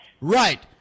Right